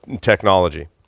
technology